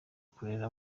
kurera